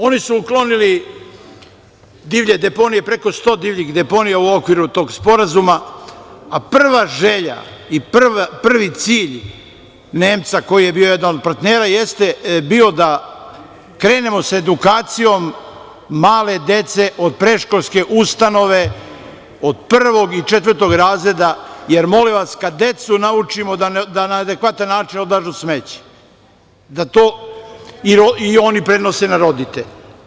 Oni su uklonili divlje deponije, preko sto divljih deponija u okviru tog sporazuma, a prva želja i prvi cilj Nemca koji je bio jedan od partnera jeste bio da krenemo sa edukacijom male dece od predškolske ustanove, od prvog i četvrtog razreda jer, molim vas, kad decu naučimo da na adekvatan način odlažu smeće, da to i oni prenose na roditelje.